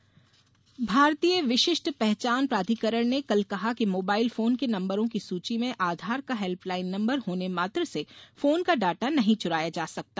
आधार भारतीय विशिष्ट पहचान प्राधिकरण ने कल कहा कि मोबाइल फोन के नम्बरों की सूची में आधार का हेल्पलाईन नम्बर होने मात्र से फोन का डाटा नहीं चुराया जा सकता